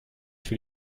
für